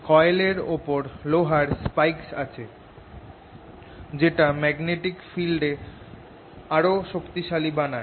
coil এর ওপর লোহার স্পাইক্স আছে যেটা ম্যাগনেটিক ফিল্ড কে আরও শক্তিশালি বানায়